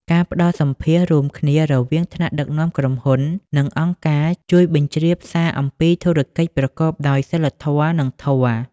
ការផ្ដល់សម្ភាសន៍រួមគ្នារវាងថ្នាក់ដឹកនាំក្រុមហ៊ុន និងអង្គការ ជួយបញ្ជ្រាបសារអំពីធុរកិច្ចប្រកបដោយសីលធម៌ និងធម៌។